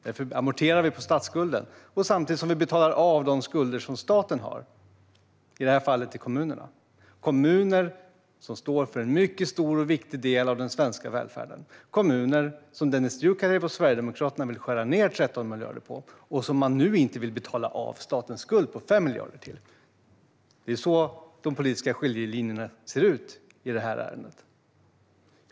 Därför amorterar vi på statsskulden samtidigt som vi betalar av de skulder som staten har, i detta fall till kommunerna. Kommunerna står för en mycket stor och viktig del av den svenska välfärden. Men Dennis Dioukarev och Sverigedemokraterna vill skära ned 13 miljarder på kommunerna och inte betala av statens skuld till kommunerna på 5 miljarder. Det är så här de politiska skiljelinjerna ser ut i detta ärende.